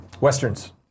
Westerns